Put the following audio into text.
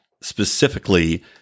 specifically